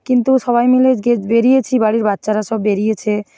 কিন্তু সবাই মিলে গে বেরিয়েছি বাড়ির বাচ্ছারা সব বেরিয়েছে